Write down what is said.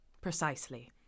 Precisely